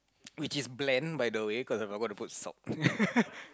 which is bland by the way cause I forgot to put salt